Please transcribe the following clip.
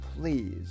please